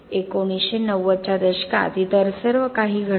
1990 च्या दशकात इतर सर्व काही घडले